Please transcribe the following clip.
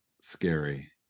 scary